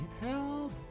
Help